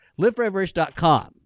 Liveforeverish.com